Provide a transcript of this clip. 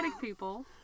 people